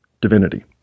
divinity